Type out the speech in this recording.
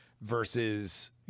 versus